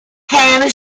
hannah